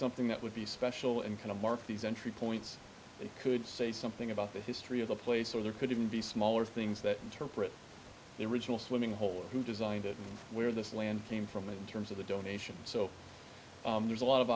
something that would be special and kind of mark these entry points and could say something about the history of the place or there could even be smaller things that interpret the original swimming hole who designed it and where this land came from in terms of the donations so there's a lot of